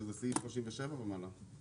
שזה סעיף 37 ומעלה.